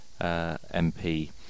MP